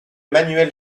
manuel